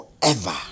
forever